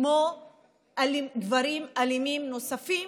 כמו גברים אלימים נוספים,